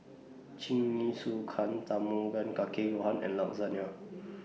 Jingisukan Tamago Kake Gohan and Lasagne